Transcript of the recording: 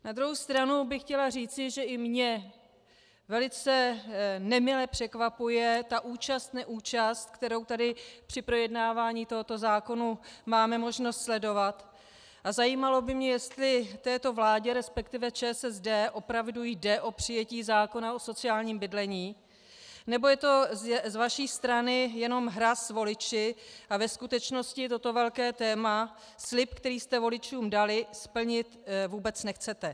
Na druhou stranu bych chtěla říci, že i mě velice nemile překvapuje ta účastneúčast, kterou tady při projednávání tohoto zákona máme možnost sledovat, a zajímalo by mě, jestli této vládě, resp. ČSSD opravdu jde o přijetí zákona o sociálním bydlení, nebo je to z vaší strany jenom hra s voliči a ve skutečnosti toto velké téma, slib, který jste voličům dali, splnit vůbec nechcete.